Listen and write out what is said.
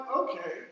okay